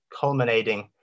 culminating